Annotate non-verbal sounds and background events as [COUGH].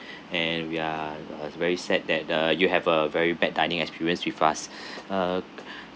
[BREATH] and we are uh very sad that uh you have a very bad dining experience with us [BREATH] uh